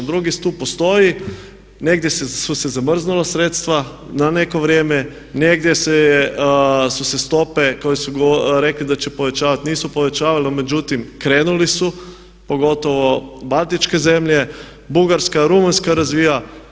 Drugi stup postoji, negdje su se zamrznula sredstva, na neko vrijeme, negdje su se stope koje su rekli da će se povećavati, nisu povećali međutim krenuli su pogotovo baltičke zemlje, Bugarska, Rumunjska razvija.